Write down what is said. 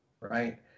right